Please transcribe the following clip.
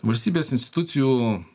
valstybės institucijų